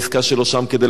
הם לא הסכימו שהוא יבוא לשם,